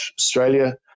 Australia